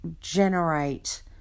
generate